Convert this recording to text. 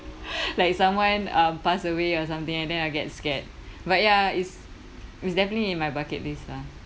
like someone uh passed away or something and then I get scared but ya it's it's definitely in my bucket list lah